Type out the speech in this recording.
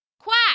Quack